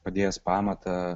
padėjęs pamatą